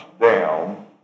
down